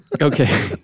Okay